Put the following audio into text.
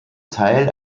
teil